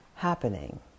happening